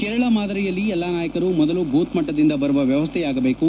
ಕೇರಳ ಮಾದರಿಯಲ್ಲಿ ಎಲ್ಲಾ ನಾಯಕರು ಮೊದಲು ಭೂತ್ಮಟ್ಟದಿಂದ ಬರುವ ವ್ಯವಸ್ಥೆಯಾಗಬೇಕು